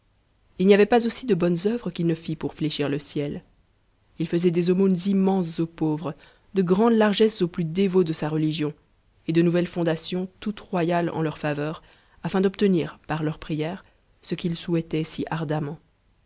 ii n'y avait pas aussi de bonnes es qu'il ne flt pour fléchir le ciel il faisait des aumônes immenses aux pauvres de grandes largesses aux plus dévots de sa religion nouvelles fondations toutes royales en leur faveur afin d'obtenir m leurs prières ce qu'il souhaitait si ardemment